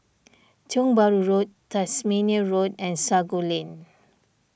Tiong Bahru Road Tasmania Road and Sago Lane